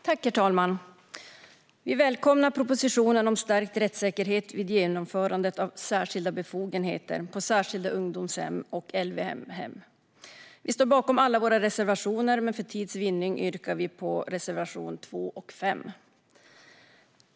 Herr talman! Vi välkomnar propositionen om stärkt rättssäkerhet vid genomförande av särskilda befogenheter på särskilda ungdomshem och LVM-hem. Vi står bakom alla våra reservationer, men för tids vinnande yrkar jag bifall endast till reservationerna 2 och 5.